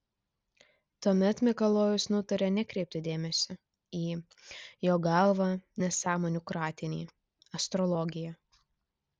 tuomet mikalojus nutarė nekreipti dėmesio į jo galva nesąmonių kratinį astrologiją